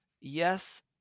Yes